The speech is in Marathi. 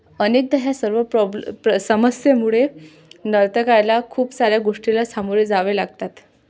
अनेकदा ह्या सर्व प्रॉब्ल प्र समस्यामुळे नर्तकायला खूप साऱ्या गोष्टीला सामोरे जावे लागतात